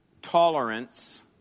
Tolerance